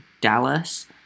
Dallas